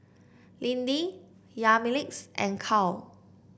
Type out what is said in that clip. Lindy Yamilex and Karl